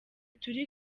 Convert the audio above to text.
turi